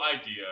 idea